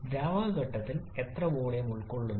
ദ്രാവക ഘട്ടത്തിൽ എത്ര വോളിയം ഉൾക്കൊള്ളുന്നു